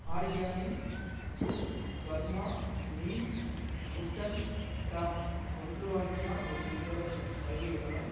origami good karma neem wooden comb ஒன்று வாங்கினால் ஒன்று இலவசம் சலுகை உள்ளதா